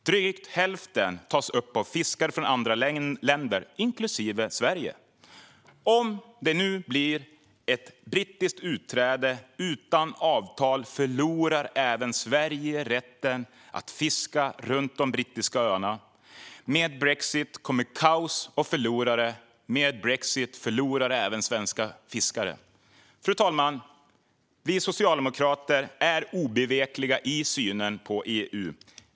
Drygt hälften tas upp av fiskare från andra länder, inklusive Sverige. Om det nu blir ett brittiskt utträde utan avtal förlorar även Sverige rätten att fiska runt de brittiska öarna. Med brexit kommer kaos och förlorare. Med brexit förlorar även svenska fiskare. Fru talman! Vi socialdemokrater är obevekliga i synen på EU.